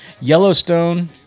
yellowstone